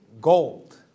gold